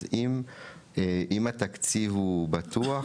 אז אם התקציב הוא בטוח,